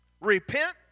Repent